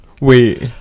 Wait